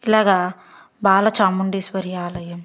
ఇలాగ బాల చాముండేశ్వరి ఆలయం